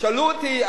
שאלו אותי,